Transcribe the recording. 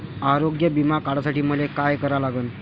आरोग्य बिमा काढासाठी मले काय करा लागन?